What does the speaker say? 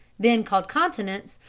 then called continents,